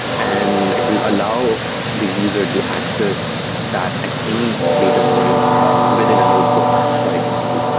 and it will allow the user to access that at any later point within a notebook, for example.